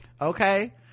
Okay